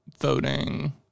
voting